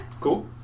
Cool